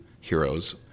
heroes